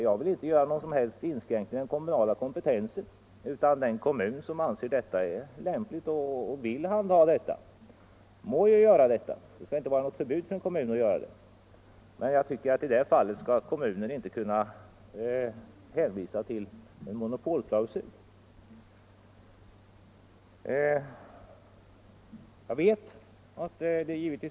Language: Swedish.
Jag vill inte göra någon som helst inskränkning i den kommunala kompetensen. Den kommun som anser det lämpligt och vill handha denna verksamhet må göra det. Det skall inte finnas något förbud, men kommunerna skall inte kunna hänvisa till en monopolklausul.